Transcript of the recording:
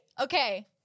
Okay